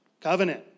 Covenant